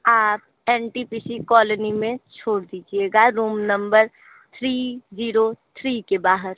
आप N T P C colony में छोड़ दीजिएगा room number three zero three के बाहर